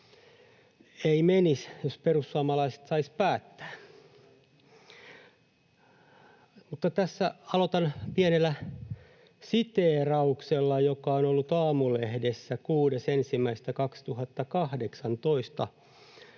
Ei menisi, jos perussuomalaiset saisivat päättää. Aloitan tässä pienellä siteerauksella, joka on ollut Aamulehdessä 6.1.2018: